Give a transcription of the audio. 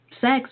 sex